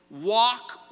walk